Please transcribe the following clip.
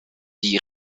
die